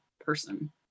person